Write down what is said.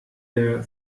der